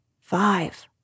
Five